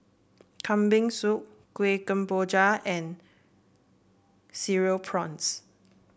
Kambing Soup Kueh Kemboja and Cereal Prawns